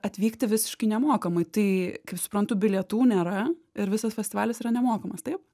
atvykti visiškai nemokamai tai kaip suprantu bilietų nėra ir visas festivalis yra nemokamas taip